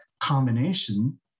combination